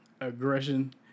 aggression